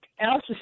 Alice